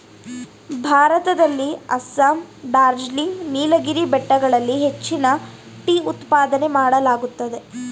ಭಾರತದಲ್ಲಿ ಅಸ್ಸಾಂ, ಡಾರ್ಜಿಲಿಂಗ್, ನೀಲಗಿರಿ ಬೆಟ್ಟಗಳಲ್ಲಿ ಹೆಚ್ಚಿನ ಟೀ ಉತ್ಪಾದನೆ ಮಾಡಲಾಗುತ್ತದೆ